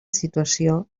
situació